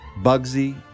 Bugsy